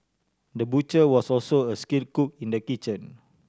the butcher was also a skilled cook in the kitchen